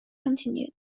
continued